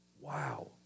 Wow